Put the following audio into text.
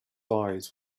eyes